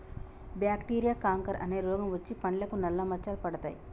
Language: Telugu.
బాక్టీరియా కాంకర్ అనే రోగం వచ్చి పండ్లకు నల్ల మచ్చలు పడతాయి